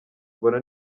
mbona